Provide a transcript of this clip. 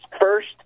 first